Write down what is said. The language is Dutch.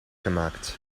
gemaakt